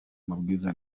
mabwiriza